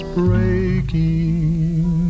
breaking